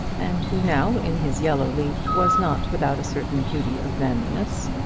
and who now, in his yellow leaf, was not without a certain beauty of manliness.